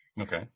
okay